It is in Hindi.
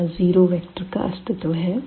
यहाँ 0 वेक्टर का अस्तित्व है